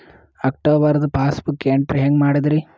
ಅಕ್ಟೋಬರ್ದು passbook entry ಹೆಂಗ್ ಮಾಡದ್ರಿ?